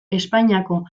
espainiako